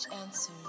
answers